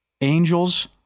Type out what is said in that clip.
Angels